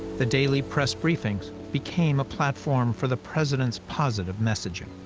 the daily press briefings became a platform for the president's positive messaging.